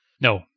No